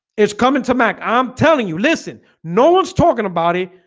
it's coming too mac. i'm telling you listen, no one's talking about it.